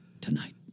tonight